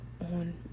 on